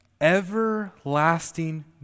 Everlasting